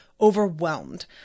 overwhelmed